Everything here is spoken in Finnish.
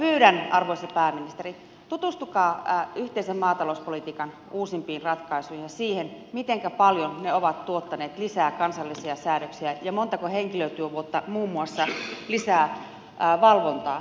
pyydän arvoisa pääministeri tutustukaa yhteisen maatalouspolitiikan uusimpiin ratkaisuihin ja siihen mitenkä paljon ne ovat tuottaneet lisää kansallisia säädöksiä ja montako henkilötyövuotta muun muassa lisää valvontaan